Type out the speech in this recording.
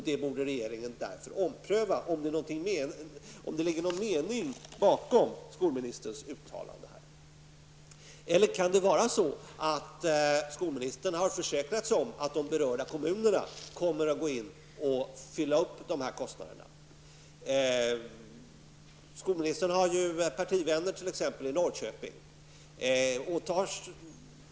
Det borde regeringen därför ompröva, om det finns någon mening bakom skolministerns uttalande här. Kan det möjligen vara så att skolministern har försäkrat sig om att de berörda kommunerna kommer att gå in och täcka upp dessa kostnader? Skolministern har t.ex. partivänner i Norrköping.